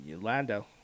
Lando